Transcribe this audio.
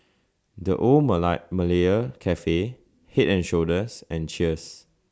The Old Malaya Cafe Head and Shoulders and Cheers